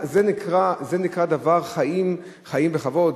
זה נקרא חיים, חיים בכבוד?